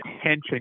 attention